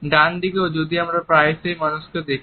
ডানদিকে যদিও আমরা প্রায়শই মানুষ দেখি